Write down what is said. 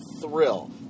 thrill